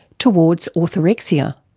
towards orthorexia.